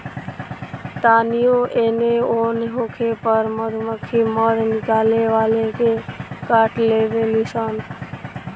तानियो एने ओन होखे पर मधुमक्खी मध निकाले वाला के काट लेवे ली सन